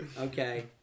Okay